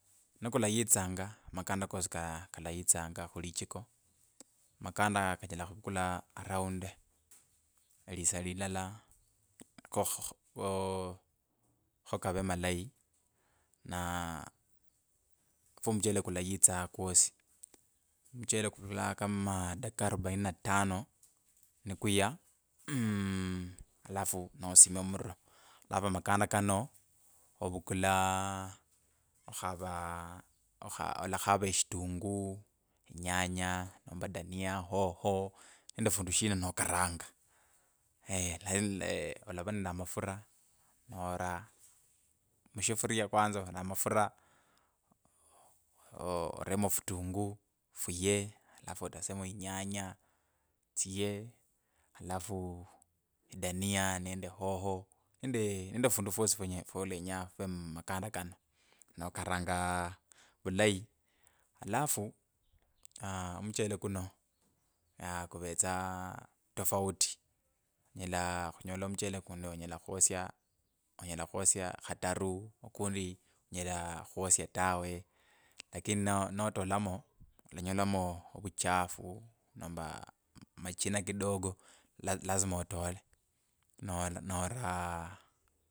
Ni kulayitsanga, makanda kosi kalayitsanga kulichika makanda kanyele khumvukula around elisa lilala kho kho oo khukave malayi. Naa omuchele kulayitsa kwosi. Muchele kuvukulaa kama dakika arubaini na tank na kuya mmm alafu nosomya omururo alafu amakanda kano avukula okhavaa okha alakhara shitunguu, inyanya nomba dania, hoho nende fundu shina nakaranga le lee alavaa nende amafura nora mushifirya kwnza ora amafura ooo eremo futunguu fuye alafu atasemo inyanya tsiye alafu dania nende hoho nende nende fundu fwosi fwonye fwolenyenga furee mumakanda kano. Nokaranga vulayi alafu aaah muchele kuno aaa kuvetsa tafauti onyala khunyola muchele kundi onyela khwosya onyela khwosya khatari, okundi onyela khwosya tawe lakini nao natolamo olanyolami ovuchafu nomba machina kidogo, la lazima otale naro naro.